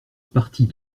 partie